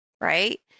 right